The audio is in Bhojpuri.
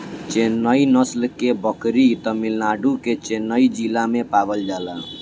चेन्नई नस्ल के बकरी तमिलनाडु के चेन्नई जिला में पावल जाला